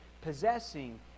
possessing